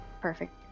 Perfect